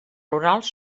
rurals